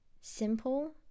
simple